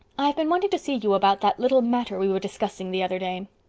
i've been wanting to see you about that little matter we were discussing the other day.